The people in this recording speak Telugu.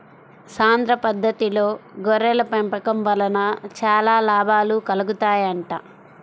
సాంద్ర పద్దతిలో గొర్రెల పెంపకం వలన చాలా లాభాలు కలుగుతాయంట